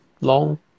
Long